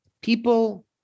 people